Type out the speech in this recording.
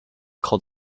called